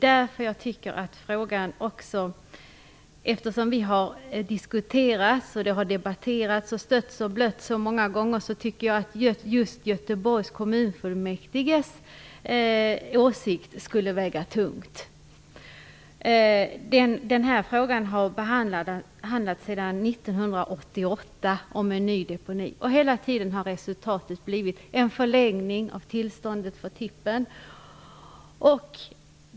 Eftersom denna fråga har diskuterats och debatterats, stötts och blötts så många gånger, tycker jag att just Göteborgs kommunfullmäktiges åsikt borde väga tungt. Frågan om en ny deponi har behandlats sedan år 1988. Hela tiden har resultatet blivit en förlängning av tillståndet för tippen.